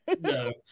No